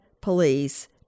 police